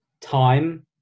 time